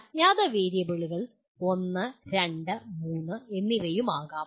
അജ്ഞാത വേരിയബിളുകൾ ഒന്ന് രണ്ട് മൂന്ന് എന്നിവയും ആകാം